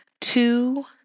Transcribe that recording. two